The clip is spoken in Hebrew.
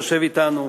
שיושב אתנו,